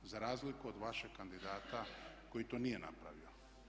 Za razliku od vašeg kandidata koji to nije napravio.